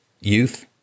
youth